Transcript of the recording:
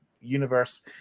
universe